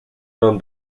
known